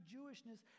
Jewishness